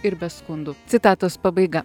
ir be skundų citatos pabaiga